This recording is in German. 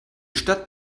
stadt